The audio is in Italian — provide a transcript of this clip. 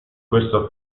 questo